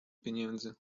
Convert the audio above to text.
pieniędzy